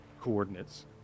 coordinates